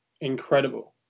incredible